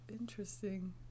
interesting